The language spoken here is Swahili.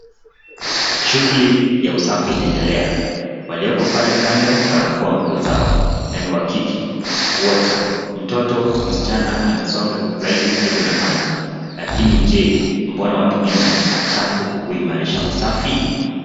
Shughuli ya usafi inaendelea. Walioko pale kando, wanafua nguo zao, na ni wa kike wote. Mtoto msichana amesonga zaidi na maji. Lakini je, mbona watumie maji chafu kuimarisha usafi?